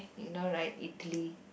you know right italy